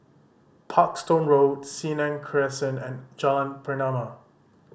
Parkstone Road Senang Crescent and Jalan Pernama